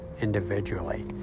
individually